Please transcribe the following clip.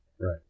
Right